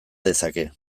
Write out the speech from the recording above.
dezake